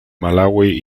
malaui